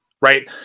right